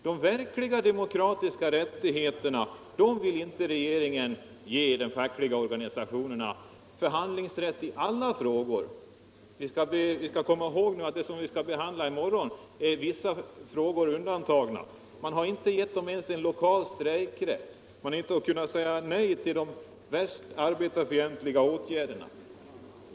De verkliga demokratiska rättigheterna vill inte regeringen ge de fackliga organisationerna — förhandlingsrätt i alla frågor. Vi skall komma ihåg att i det som vi skall behandla i morgon är vissa frågor undantagna. Man har inte ens gett dessa organisationer en lokal strejkrätt. Man har inte kunnat säga nej till de mest arbetarfientliga åtgärderna.